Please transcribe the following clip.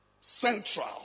Central